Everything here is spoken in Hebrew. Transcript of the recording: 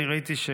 אני ראיתי,